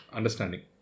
Understanding